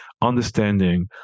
understanding